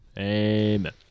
Amen